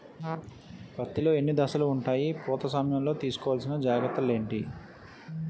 పత్తి లో ఎన్ని దశలు ఉంటాయి? పూత సమయం లో తీసుకోవల్సిన జాగ్రత్తలు ఏంటి?